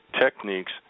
techniques